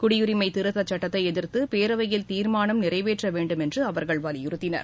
குடியுரிமை திருத்தச் சட்டத்தை எதிர்த்து பேரவையில் தீர்மானம் நிறைவேற்ற வேண்டும் என்று அவர்கள் வலியுறுத்தினர்